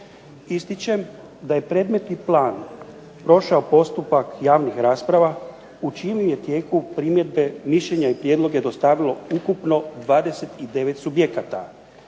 Istišćem da je predmetni plan prošao postupak javnih rasprava, u čijem je tijeku primjedbe mišljenje i prijedloge dostavilo ukupno 29 subjekata.